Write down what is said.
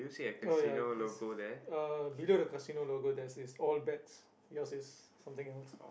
oh ya this uh below the Casino logo there's this all bets yours is something else